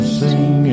sing